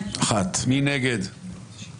הצבעה לא אושרה ההסתייגות הוסרה.